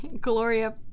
Gloria